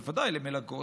בוודאי למלגות,